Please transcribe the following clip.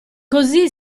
così